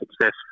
success